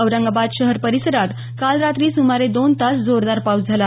औरंगाबाद शहर परिसरात काल रात्री सुमारे दोन तास जोरदार पाऊस झाला